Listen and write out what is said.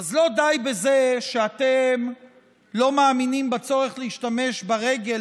אז לא די בזה שאתם לא מאמינים בצורך להשתמש ברגל